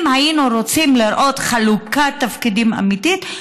אם היינו רוצים לראות חלוקת תפקידים אמיתית,